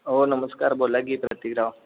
हो नमस्कार बोला की प्रतिकराव